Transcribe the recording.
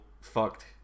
fucked